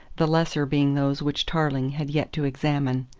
the lesser being those which tarling had yet to examine.